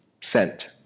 sent